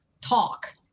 talk